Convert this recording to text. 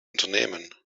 unternehmen